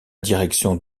direction